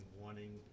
wanting